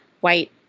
white